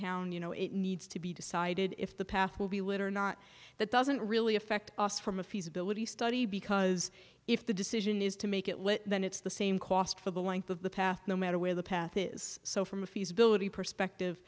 town you know it needs to be decided if the path will be later not that doesn't really affect us from a feasibility study because if the decision is to make it let then it's the same cost for the length of the path no matter where the path is so from a feasibility perspective